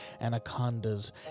anacondas